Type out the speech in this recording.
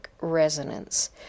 resonance